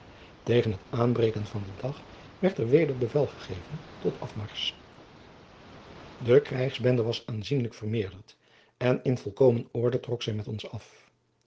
tegen het aanbreken van den dag werd er weder bevel gegeven tot de afmarsch jacob van lennep de pleegzoon de krijgsbende was aanzienlijk vermeerderd en in volkomen orde trok zij met ons af